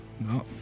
No